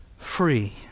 free